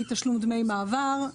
אי תשלום דמי מעבר,